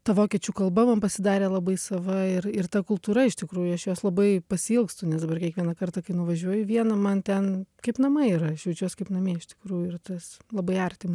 ta vokiečių kalba man pasidarė labai sava ir ir ta kultūra iš tikrųjų aš jos labai pasiilgstu nes dabar kiekvieną kartą kai nuvažiuoju į vieną man ten kaip namai ir aš jaučiuos kaip namie iš tikrųjų ir tas labai artima